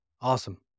Awesome